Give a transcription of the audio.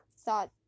thought